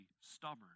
stubborn